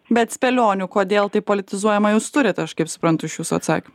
bet spėlionių kodėl taip politizuojama jūs turit aš kaip suprantu iš jūsų atsakymo